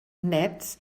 nets